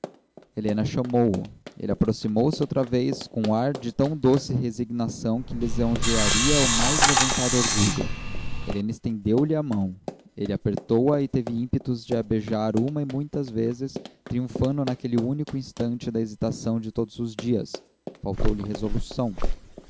helena chamouo ele aproximou-se outra vez com um ar de tão doce resignação que lisonjearia o mais levantado orgulho helena estendeu-lhe a mão ele apertou-a e teve ímpetos de a beijar uma e muitas vezes triunfando naquele único instante da hesitação de todos os dias faltou-lhe resolução